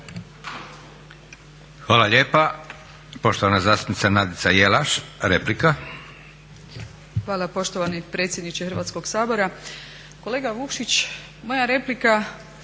Hvala lijepa. Poštovana zastupnica Nadica Jelaš, replika. **Jelaš, Nadica (SDP)** Hvala poštovani predsjedniče Hrvatskog sabora. Kolega Vukšić, moja replika